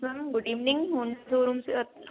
ma'am good evening मैं showroom से अर्चना